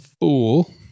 fool